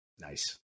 Nice